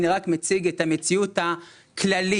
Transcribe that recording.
אני רק מציג את המציאות הכללית.